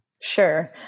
Sure